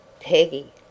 Peggy